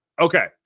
Okay